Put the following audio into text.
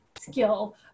skill